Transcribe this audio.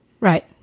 Right